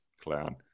clown